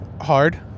hard